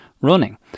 running